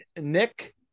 Nick